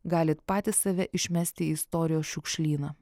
galit patys save išmesti į istorijos šiukšlyną